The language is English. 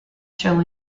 show